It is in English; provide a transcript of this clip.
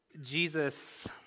Jesus